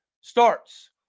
starts